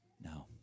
No